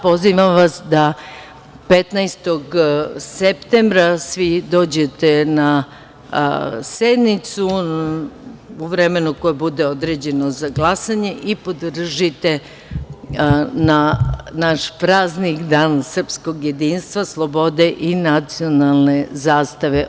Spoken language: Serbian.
Pozivam vas da 15. septembra svi dođete na sednicu u vremenu koje bude određeno za glasanje i podržite naš praznik – Dan srpskog jedinstva, slobode i nacionalne zastave.